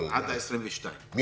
עד ה-22 ליוני.